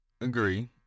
agree